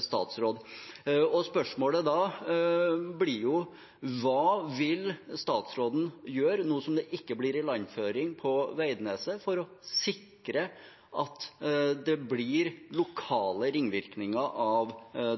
statsråd. Spørsmålet blir da: Hva vil statsråden gjøre nå som det ikke blir ilandføring på Veidnes, for å sikre at det blir lokale ringvirkninger av